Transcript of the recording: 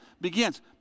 begins